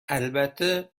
البته